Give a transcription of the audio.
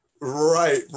Right